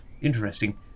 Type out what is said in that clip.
Interesting